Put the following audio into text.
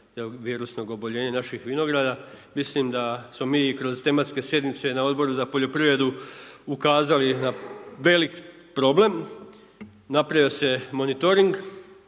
virusnog oboljenja naših vinograda. Mislim da smo mi i kroz tematske sjednice na Odboru za poljoprivredu ukazali na velik problem. Napravio se monitoring,